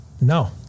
No